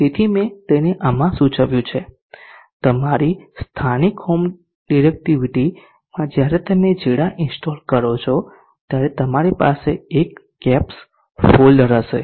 તેથી મેં તેને આમાં સાચવ્યું છે તમારી સ્થાનિક હોમ ડિરેક્ટરીમાં જ્યારે તમે GEDA ઇન્સ્ટોલ કરો ત્યારે તમારી પાસે એક કેપ્સ ફોલ્ડર હશે